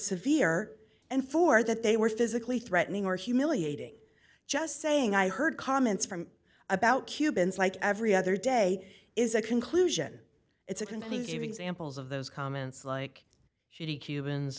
severe and for that they were physically threatening or humiliating just saying i heard comments from about cubans like every other day is a conclusion it's a can he give examples of those comments like sheedy cubans